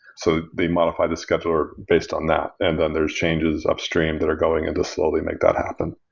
so they modified a scheduler based on that, and then there's changes upstream that are going in to slowly make that happen.